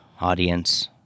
Audience